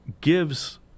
gives